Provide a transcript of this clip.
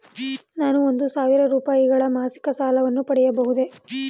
ನಾನು ಒಂದು ಸಾವಿರ ರೂಪಾಯಿಗಳ ಮಾಸಿಕ ಸಾಲವನ್ನು ಪಡೆಯಬಹುದೇ?